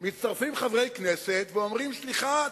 מצטרפים חברי כנסת ואומרים: סליחה,